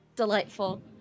Delightful